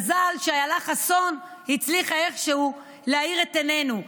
מזל שאילה חסון הצליחה איכשהו להאיר את עינינו,